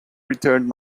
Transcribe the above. returned